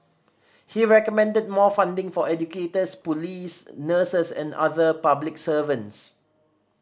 he recommended more funding for educators police nurses and other public servants